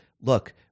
look